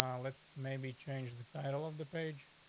um let's maybe change the title of the page.